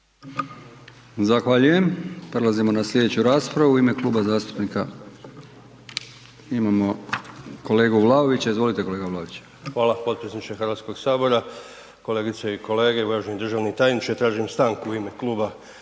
Zahvaljujem. Prelazimo na slijedeću raspravu u ime kluba zastupnika imamo kolegu Vlaovića. Izvolite kolega Vlaović. **Vlaović, Davor (HSS)** Hvala potpredsjedniče Hrvatskog sabora. Kolegice i kolege, uvaženi državni tajniče tražim stanku u ime Kluba